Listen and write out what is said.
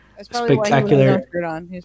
spectacular